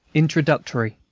introductory